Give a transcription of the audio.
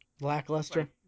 lackluster